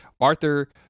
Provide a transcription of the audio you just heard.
Arthur